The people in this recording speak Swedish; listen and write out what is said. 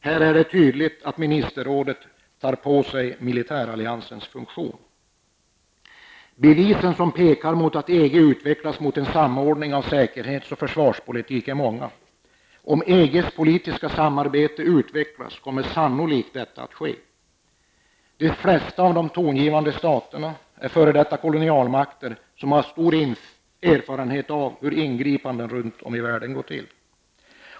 Här tar ministerrådet tydligt på sig militäralliansens funktion. Bevisen som pekar mot att EG utvecklas mot en samordning av säkerhets och försvarspolitik är många. Om EGs politiska samarbete utvecklas kommer sannolikt så att ske. De flesta av de tongivande staterna är f.d. kolonialmakter, som har stor erfarenhet av hur ingripanden runt om i världen går till.